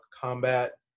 combat